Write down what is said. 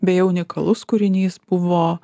beje unikalus kūrinys buvo